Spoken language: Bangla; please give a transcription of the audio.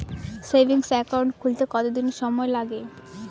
সেভিংস একাউন্ট খুলতে কতদিন সময় লাগে?